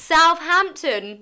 Southampton